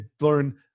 learn